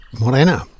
Morena